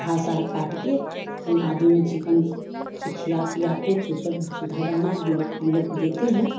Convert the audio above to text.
घासर काट कर फिर नाधी में चिकन से खिला पिला के चोकर सुधा दाना हम लोग देते हैं